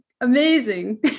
amazing